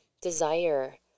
desire